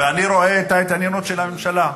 ואני רואה את ההתעניינות של הממשלה,